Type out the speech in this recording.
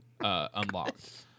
unlocked